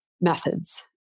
methods